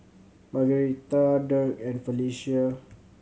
Margueritta Dirk and Felecia